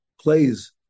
plays